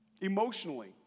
emotionally